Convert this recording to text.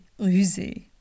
rusé